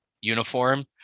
uniform